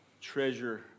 treasure